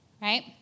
right